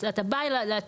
אתה בא ל"צ'יינג'",